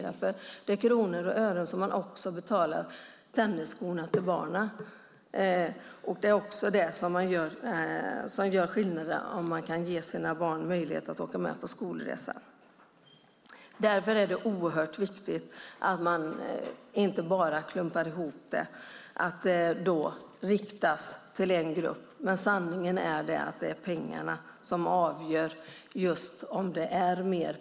Det är med kronor och ören man betalar tennisskor till barnen, och det är kronor och ören som gör det möjligt att låta barnen åka på skolresa eller inte. Därför är det viktigt att man inte bara klumpar ihop det, att det riktas till en grupp. Sanningen är att det är pengarna som avgör.